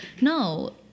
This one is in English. No